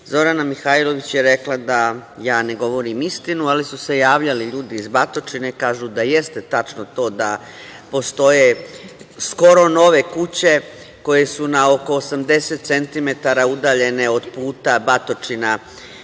Zorana Mihajlović je rekla da ja ne govorim istinu, ali su se javljali ljudi iz Batočine. Kažu da jeste tačno to da postoje skoro nove kuće, koje su na oko 80 centimetara udaljene od auto-puta Batočina